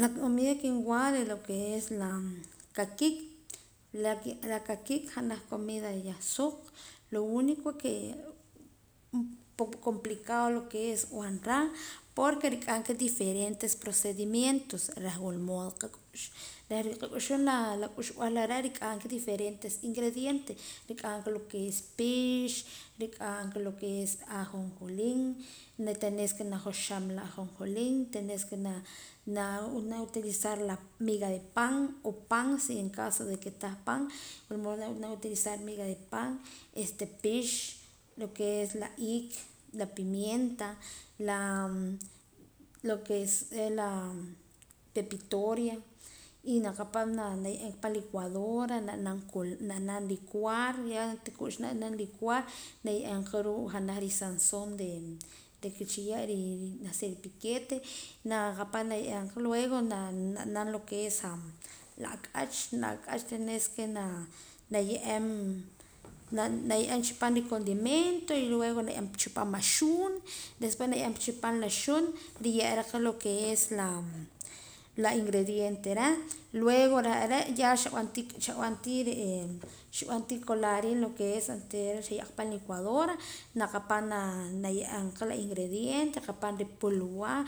La comida que nwa re' lo que es la kaqiik la kaqiik janaj comidad yah suq lo único que complicado lo que es nb'anra porque rik'anqa diferentes procedimientos reh wula mood qak'uxum reh niqak'uxum la k'uxb'al are' rik'anqa diferentes ingredientes rik'anqa lo que es pix, rik'anqa lo que es ajonjolí, le tenes que najoxom la ajonjolí le tenes que nab'an utilizar la miga de pan o pan si en caso de que tah pan wula modo nab'anam utilizar miga de pan pix lo que la iik la pimienta la lo que es la pepitoria y na kapaam na ye'eem pan licuadora nab'an licuar na' tii k'uxa nab'an licuar na ye'em janaj ri sazón reh chi ye' janaj sa ripiquite na kapaam na ye'eemka luego nab'an lo que es la ak'ach la ak'ach tenes que na ye'eem na ye'eem chi paam ricondimentos y luego na ye'eem chi paam axuun después na ye'eem chi paam axuun riye'ra' aka lo que es la ingredientes reh luego reh are' xib'an tii colar lo que es oontera pan licuadora na kapaam naye'eemqa ingrediente rikapaam ripulwaa